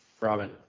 Robin